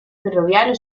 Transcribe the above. ferroviario